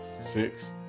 six